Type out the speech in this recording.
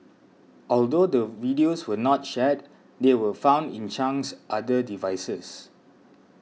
although the videos were not shared they were found in Chang's other devices